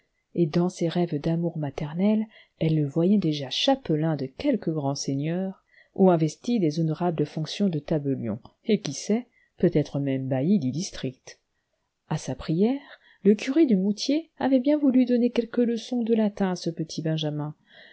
et dans ses rêves d'amour maternel elle le voyait déjà chapelain de quelque grand seigneur ou investi des honorables fonctions de tabellion et qui sait peutêtre même bailli du district a sa prière le cure de mouthiers avait bien voulu donner quelques leçons de latin à ce petit l'enjamin